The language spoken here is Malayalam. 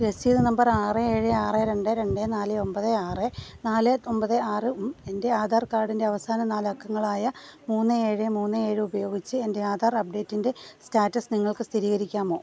രസീത് നമ്പർ ആറ് ഏഴ് ആറ് രണ്ട് രണ്ട് നാല് ഒൻപത് ആറ് നാല് ഒൻപത് ആറ് ഉം എന്റെ ആധാർ ക്കാഡിന്റെ അവസാന നാലക്കങ്ങളായ മൂന്ന് ഏഴ് മൂന്ന് ഏഴ് ഉപയോഗിച്ച് എന്റെ ആധാർ അപ്ഡേയ്റ്റിന്റെ സ്റ്റാറ്റസ് നിങ്ങൾക്ക് സ്ഥിരീകരിക്കാമോ